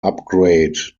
upgrade